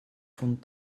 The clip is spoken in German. von